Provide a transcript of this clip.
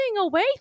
away